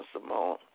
Simone